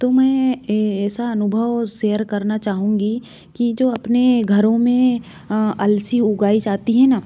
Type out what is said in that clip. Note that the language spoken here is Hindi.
तो मैं ऐसा अनुभव शेयर करना चाहूँगी कि जो अपने घरों में अलसी उगाई जाती है न